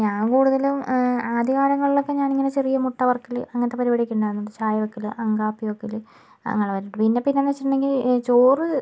ഞാൻ കൂടുതലും ആദ്യ കാലങ്ങളിലൊക്കെ ഞാനിങ്ങനെ ചെറിയ മുട്ട വരുക്കല് അങ്ങനത്തെ പരിപാടിയൊക്കെയുണ്ടായിരുന്ന് ചായ വെക്കല് കാപ്പി വെക്കല് പിന്നെ പിന്നെന്ന് വച്ചിട്ടുണ്ടെങ്കില് ചോറ്